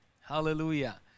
Hallelujah